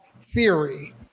theory